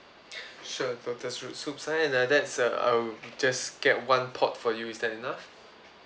sure lotus root soup so like that sir I will just get one pot for you is that enough